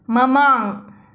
ꯃꯃꯥꯡ